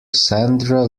sandra